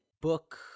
book